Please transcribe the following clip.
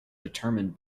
determined